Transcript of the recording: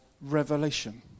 revelation